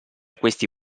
questi